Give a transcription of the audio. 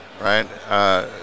Right